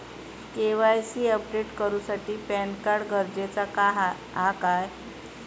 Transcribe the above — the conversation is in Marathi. के.वाय.सी अपडेट करूसाठी पॅनकार्ड गरजेचा हा काय?